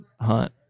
hunt